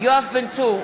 יואב בן צור,